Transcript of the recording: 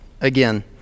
again